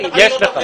יש לך.